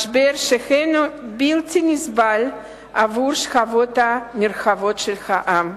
משבר שהינו בלתי נסבל עבור שכבות נרחבות של העם.